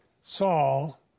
Saul